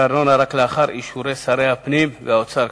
הארנונה רק לאחר אישורי שר הפנים ושר האוצר,